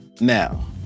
Now